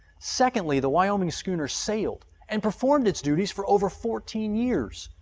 secondly, the wyoming schooner sailed and performed its duties for over fourteen years,